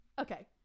Okay